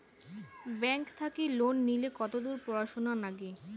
Bank থাকি loan নিলে কতদূর পড়াশুনা নাগে?